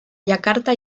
yakarta